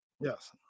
Yes